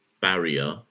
barrier